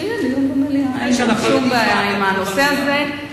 שיהיה דיון במליאה, אין שום בעיה עם הנושא הזה.